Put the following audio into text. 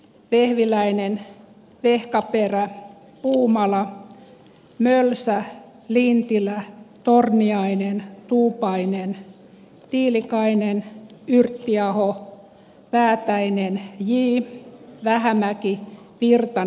vehviläinen vehkaperän puumala mölsä lintilä h torniainen tuupainen tiilikainen yrttiaho päättäjineen kii vähämäki pirkan